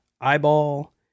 eyeball